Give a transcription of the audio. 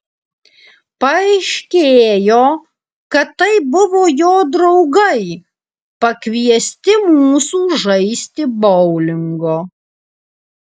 paaiškėjo kad tai buvo jo draugai pakviesti mūsų žaisti boulingo